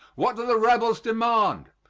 what do the rebels demand?